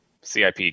CIP